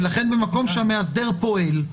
לכן במקום שבו המאסדר פועל,